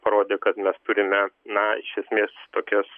rodė kad mes turime na iš esmės tokias